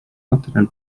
materjal